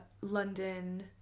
london